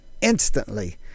instantly